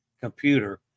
computer